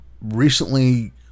Recently